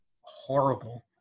horrible